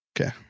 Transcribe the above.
Okay